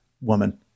woman